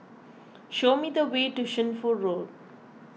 show me the way to Shunfu Road